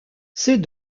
c’est